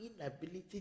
inability